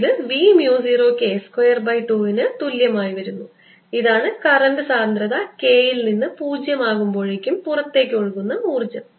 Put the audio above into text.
ഇത് v mu 0 K square by 2 ന് തുല്യമായി വരുന്നു ഇതാണ് കറൻറ് സാന്ദ്രത K യിൽ നിന്ന് 0 ആകുമ്പോഴേക്കും പുറത്തേക്ക് ഒഴുകുന്ന ഊർജ്ജം